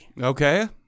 Okay